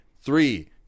Three